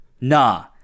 Nah